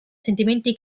sentimenti